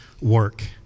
work